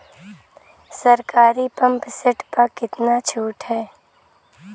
सरकारी pump set प कितना छूट हैं?